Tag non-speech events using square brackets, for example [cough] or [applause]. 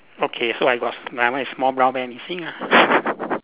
okay so I must ya mine is small brown bear missing ah [laughs]